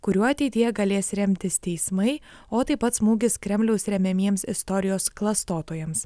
kuriuo ateityje galės remtis teismai o taip pat smūgis kremliaus remiamiems istorijos klastotojams